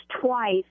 twice